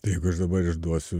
tai jeigu aš dabar išduosiu